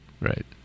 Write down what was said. Right